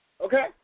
okay